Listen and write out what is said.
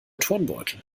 turnbeutel